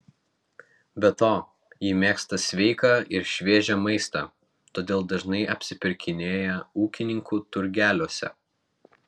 be to ji mėgsta sveiką ir šviežią maistą todėl dažnai apsipirkinėja ūkininkų turgeliuose